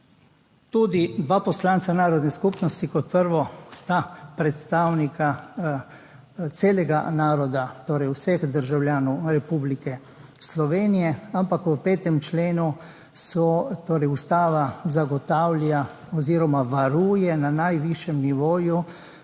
Tudi dva poslanca narodnih skupnosti sta, kot prvo, predstavnika celega naroda, torej vseh državljanov Republike Slovenije, ampak v 5. členu Ustava zagotavlja oziroma varuje na najvišjem nivoju